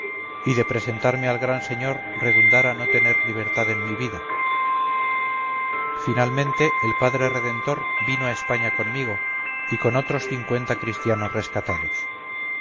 y de presentarme al gran señor redundara no tener libertad en mi vida finalmente el padre redemptor vino a españa conmigo y con otros cincuenta christianos rescatados